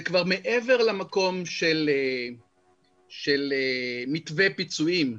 זה כבר מעבר למקום של מתווה פיצויים,